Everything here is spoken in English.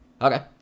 Okay